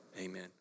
amen